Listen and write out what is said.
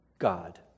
God